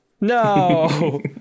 no